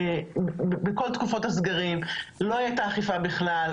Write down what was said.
בכל תקופות הסגרים לא הייתה אכיפה בכלל,